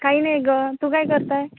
काही नाही गं तू काय करत आहे